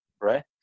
right